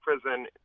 prison